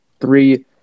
three